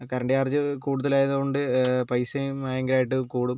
current charge കൂടുതലായതുകൊണ്ട് പൈസയും ഭയങ്കരമായിട്ട് കൂടും